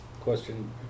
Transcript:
question